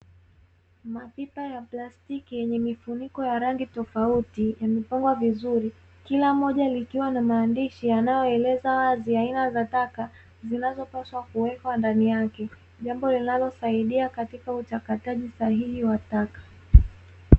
Mapipa ya plastiki yenye mifuniko ya rangi tofauti, yamepangwa vizuri, kila mmoja likiwa na maandishi yanayoeleza wazi aina za taka zinazopaswa kuwekwa ndani yake, jambo linalosaidia katika uchakataji sahihi wa taka.